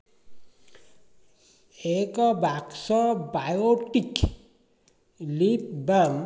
ଏକ ବାକ୍ସ ବାୟୋଟିକ୍ ଲିପ୍ବାମ୍